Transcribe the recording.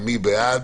מי בעד?